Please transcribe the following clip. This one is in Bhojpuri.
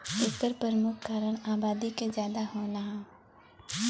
एकर परमुख कारन आबादी के जादा होना हौ